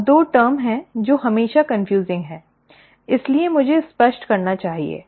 अब दो टर्म् हैं जो हमेशा कन्फ्यूजिंग हैं इसलिए मुझे स्पष्ट करना चाहिए